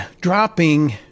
dropping